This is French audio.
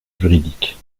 juridique